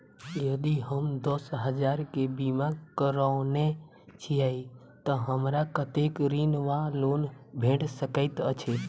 यदि हम दस हजार केँ बीमा करौने छीयै तऽ हमरा कत्तेक ऋण वा लोन भेट सकैत अछि?